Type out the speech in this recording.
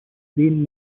been